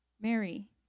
Mary